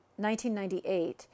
1998